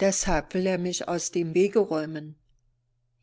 deshalb will er mich aus dem wege räumen